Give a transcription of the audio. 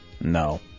No